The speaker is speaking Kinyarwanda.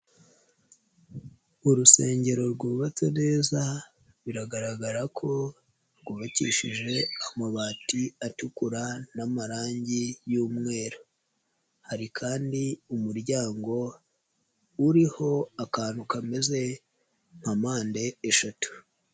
Urusengero rwubatse neza biragaragara ko rwubakishije amabati atukura n'amarange y'umweru, hari kandi umuryango uriho akantu kameze nka mpande eshatu.